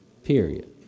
Period